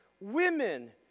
Women